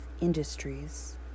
industries